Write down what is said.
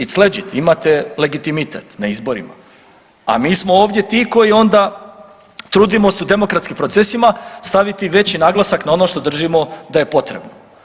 It's legit, imate legitimitet na izborima, a mi smo ovdje ti koji onda trudimo se u demokratskim procesima staviti veći naglasak na ono što držimo da je potrebno.